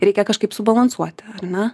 reikia kažkaip subalansuoti ar ne